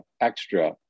extra